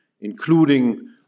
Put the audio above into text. including